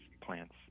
plants